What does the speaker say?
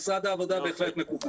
משרד העבודה, בהחלט מקובל.